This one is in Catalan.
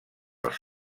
els